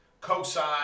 cosine